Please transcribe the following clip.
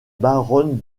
baronne